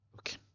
Okay